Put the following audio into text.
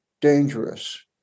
dangerous